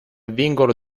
vincolo